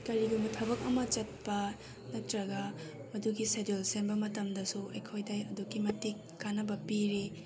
ꯀꯔꯤꯒꯨꯝꯕ ꯊꯕꯛ ꯑꯃ ꯆꯠꯄ ꯅꯠꯇ꯭ꯔꯒ ꯃꯗꯨꯒꯤ ꯁꯦꯗ꯭ꯌꯨꯜ ꯁꯦꯝꯕ ꯃꯇꯝꯗꯁꯨ ꯑꯩꯈꯣꯏꯗ ꯑꯗꯨꯛꯀꯤ ꯃꯇꯤꯛ ꯀꯥꯟꯅꯕ ꯄꯤꯔꯤ